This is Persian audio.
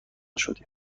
شدیم